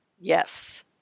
Yes